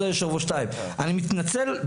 אני מתנצל,